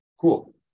cool